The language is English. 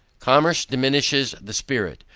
commerce diminishes the spirit,